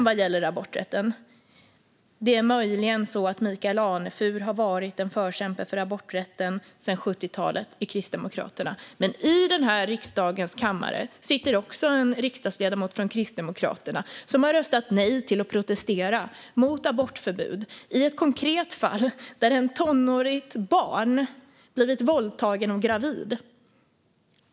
Vad gäller aborträtten är det möjligt att Michael Anefur har varit en förkämpe för den i Kristdemokraterna sedan 1970-talet. Men i den här riksdagens kammare sitter också en riksdagsledamot för Kristdemokraterna som har röstat nej till att protestera mot abortförbud i ett konkret fall, där en tonåring, ett barn, blivit våldtagen och gravid.